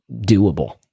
doable